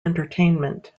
entertainment